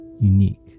unique